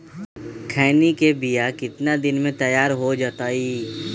खैनी के बिया कितना दिन मे तैयार हो जताइए?